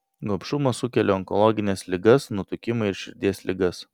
gobšumas sukelia onkologines ligas nutukimą ir širdies ligas